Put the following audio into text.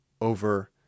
over